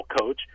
coach